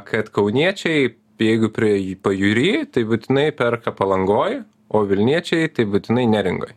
kad kauniečiai jeigu prie jū pajūry tai būtinai perka palangoj o vilniečiai tai būtinai neringoj